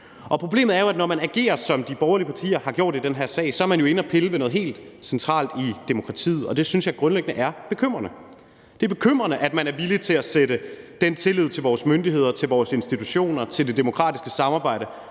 Problemet er jo, at når man agerer, som de borgerlige partier har gjort i den her sag, er man jo inde at pille ved noget helt centralt i demokratiet, og det synes jeg grundlæggende er bekymrende. Det er bekymrende, at man er villig til at sætte den tillid til vores myndigheder, til vores institutioner, til det demokratiske samarbejde